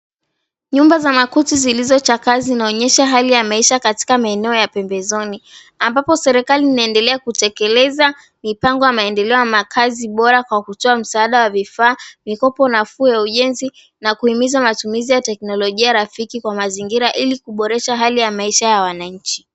Nyumba za makuti zilizochakaa kazi inaonyesha hali ya maisha katika maeneo ya pembezoni. Ambapo serikali inaendelea kutekeleza mipango ya maendeleo makazi bora kwa kutoa msaada wa vifaa, mikopo nafuu ya ujenzi, na kuhimiza matumizi ya teknolojia rafiki kwa mazingira, ili kuboresha hali ya maisha ya wananchi.